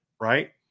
right